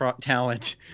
talent